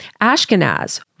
Ashkenaz